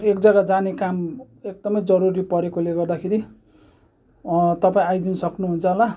एक जग्गा जाने काम एकदमै जरुरी परेकोले गर्दाखेरि तपाईँ आइदिनु सक्नुहुन्छ होला